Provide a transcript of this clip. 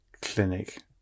clinic